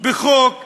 בחוק כזה.